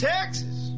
Texas